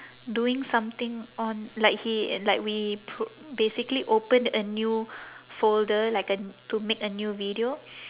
doing something on like he and like we pro~ basically opened a new folder like a to make a new video